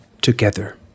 together